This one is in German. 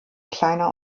kleiner